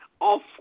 off